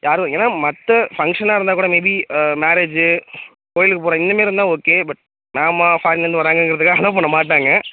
யார் வரீங்கன்னா ஏன்னா மற்ற பங்க்ஷனாக இருந்தால் கூட மேபி ஆ இப்போ மேரேஜ் கோயிலுக்கு போகிறோம் இந்தமாரி இருந்தா ஓகே பட் மாமா ஃபாரின்லந்து வராங்கன்றதுக்காக அலோவ் பண்ண மாட்டாங்க